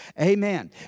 Amen